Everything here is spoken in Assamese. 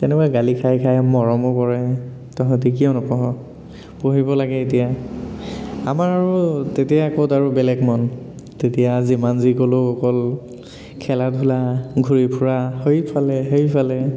তেনেকুৱা গালি খায় খায় মৰমো কৰে তহঁতি কিয় নপঢ় পঢ়িব লাগে এতিয়া আমাৰ আৰু তেতিয়া ক'ত আৰু বেলেগ মন তেতিয়া যিমান যি ক'লেও অকল খেলা ধূলা ঘূৰি ফুৰা সৈ ফালে সেইফালে